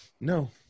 no